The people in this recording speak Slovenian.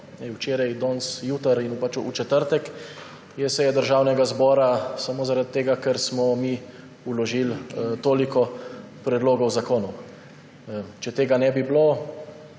Včeraj, danes, jutri in v četrtek je seja Državnega zbora samo zaradi tega, ker smo mi vložili toliko predlogov zakonov. Če tega ne bi bilo,